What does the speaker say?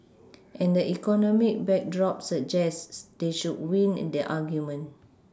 and the economic backdrop suggests they should win the argument